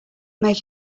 make